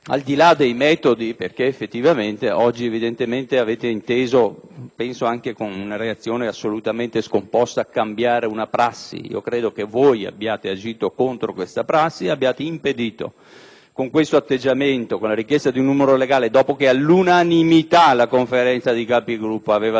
anche con una reazione assolutamente scomposta) cambiare una prassi, credo che voi abbiate agito contro tale prassi ed abbiate impedito, con questo atteggiamento, con la richiesta di numero legale dopo che all'unanimità la Conferenza dei Capigruppo aveva deciso di procedere oggi alla discussione generale, che il Parlamento, in particolare